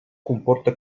comporta